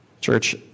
Church